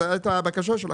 זו הייתה הבקשה שלכם.